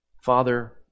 Father